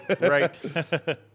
Right